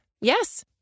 Yes